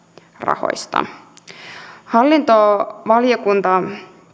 lisärahoista hallintovaliokunta